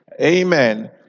amen